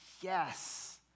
yes